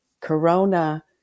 corona